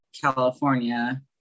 California